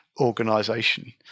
organization